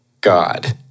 God